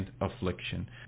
affliction